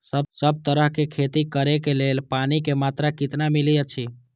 सब तरहक के खेती करे के लेल पानी के मात्रा कितना मिली अछि?